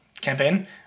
campaign